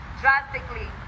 drastically